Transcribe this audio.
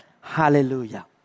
Hallelujah